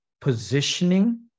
positioning